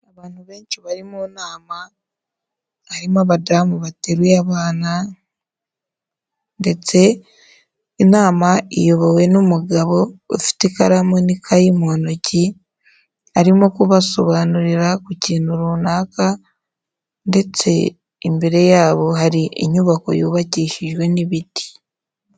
Abantu benshi bari mu nama, harimo abadamu bateruye abana ndetse inama iyobowe n'umugabo ufite ikaramu n'ikayi mu ntoki, arimo kubasobanurira ku kintu runaka ndetse imbere yabo hari inyubako yubakishijwe n'ibiti.